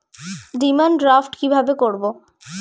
Demand draft কীভাবে করব?